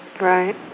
Right